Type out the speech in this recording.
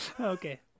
Okay